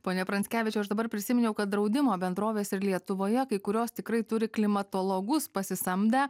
pone pranckevičiau aš dabar prisiminiau kad draudimo bendrovės ir lietuvoje kai kurios tikrai turi klimatologus pasisamdę